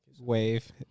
Wave